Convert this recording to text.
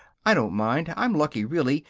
i don't mind. i'm lucky, really,